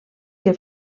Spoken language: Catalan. que